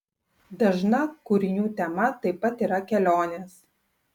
dažna kūrinių tema taip pat yra kelionės